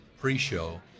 pre-show